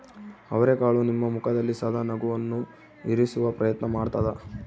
ಅವರೆಕಾಳು ನಿಮ್ಮ ಮುಖದಲ್ಲಿ ಸದಾ ನಗುವನ್ನು ಇರಿಸುವ ಪ್ರಯತ್ನ ಮಾಡ್ತಾದ